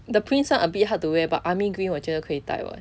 the prints [one] a bit hard to wear but army green 我觉得可以戴 [what]